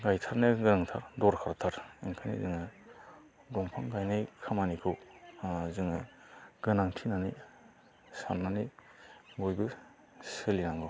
गायथारनो गोनांथार दरखारथार ओंखायनो जोङो दंफां गायनाय खामानिखौ ओ जोङो गोनांथि होननानै साननानै बयबो सोलिनांगौ